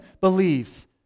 believes